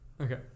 Okay